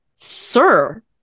Sir